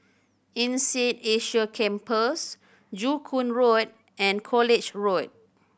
INSEAD Asia Campus Joo Koon Road and College Road